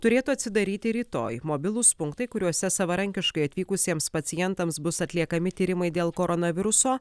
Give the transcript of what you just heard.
turėtų atsidaryti rytoj mobilūs punktai kuriuose savarankiškai atvykusiems pacientams bus atliekami tyrimai dėl koronaviruso